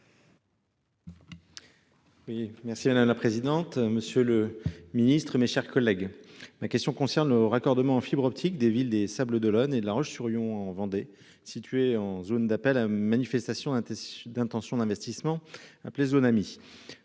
merci madame la présidente. Monsieur le Ministre, mes chers collègues, ma question concerne le raccordement en fibre optique des villes des sables d'Olonne et La Roche-sur-Yon en Vendée situé en zone d'appel à manifestation. D'intentions d'investissement hein plaise au